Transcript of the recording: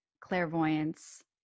clairvoyance